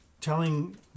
telling